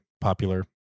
popular